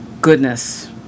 goodness